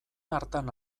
hartan